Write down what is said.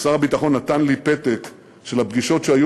שר הביטחון נתן לי פתק של הפגישות שהיו